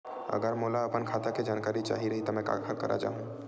अगर मोला अपन खाता के जानकारी चाही रहि त मैं काखर करा जाहु?